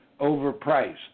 overpriced